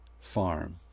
farm